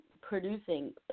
producing